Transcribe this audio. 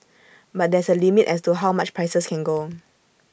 but there's A limit as to how much prices can go